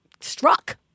struck